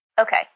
Okay